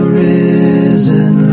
risen